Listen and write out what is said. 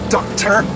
Doctor